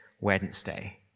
Wednesday